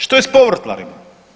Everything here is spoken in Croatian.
Što je s povrtlarima?